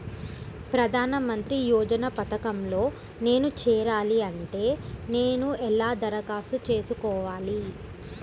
ప్రధాన మంత్రి యోజన పథకంలో నేను చేరాలి అంటే నేను ఎలా దరఖాస్తు చేసుకోవాలి?